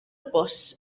bws